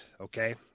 okay